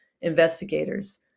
investigators